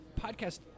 podcast